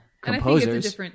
composers